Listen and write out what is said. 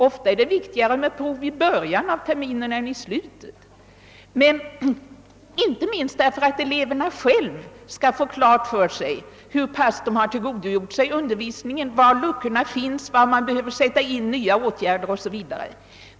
Ofta är det viktigare med prov i början av terminerna än i slutet, inte minst för att eleverna själva skall få klart för sig hur pass väl de tillgodogjort sig undervisningen, var luckorna finns, var nya åtgärder behöver sättas in o. s. v.